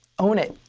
own it.